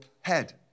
head